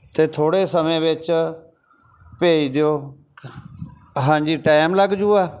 ਅਤੇ ਥੋੜ੍ਹੇ ਸਮੇਂ ਵਿੱਚ ਭੇਜ ਦਿਓ ਹਾਂਜੀ ਟਾਈਮ ਲੱਗ ਜੁਗਾ